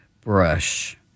brush